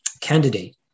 candidate